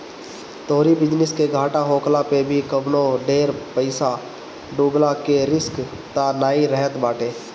तोहरी बिजनेस के घाटा होखला पअ भी कवनो ढेर पईसा डूबला के रिस्क तअ नाइ रहत बाटे